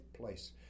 place